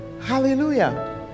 hallelujah